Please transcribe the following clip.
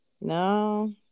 No